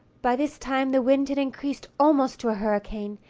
by this time the wind had increased almost to a hurricane,